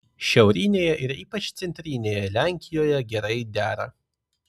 šiaurinėje ir ypač centrinėje lenkijoje gerai dera